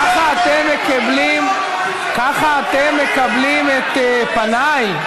ככה אתם מקבלים, ככה אתם מקבלים את פניי?